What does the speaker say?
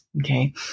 okay